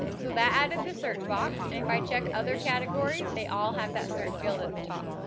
so that added the search box and, if i check other categories, they all have that search field at the top.